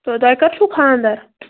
تۄہہِ کَر چھو خاندَر